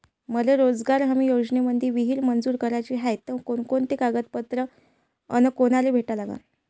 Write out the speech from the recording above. मले रोजगार हमी योजनेमंदी विहीर मंजूर कराची हाये त कोनकोनते कागदपत्र अस कोनाले भेटा लागन?